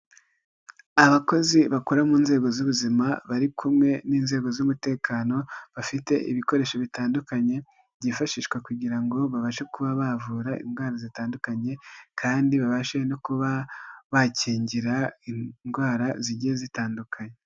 Abakozi bakora mu nzego z'ubuzima bari kumwe n'inzego z'umutekano, bafite ibikoresho bitandukanye byifashishwa kugira ngo babashe kuba bavura indwara zitandukanye, kandi babashe no kuba bakingira indwara zigiye zitandukanye.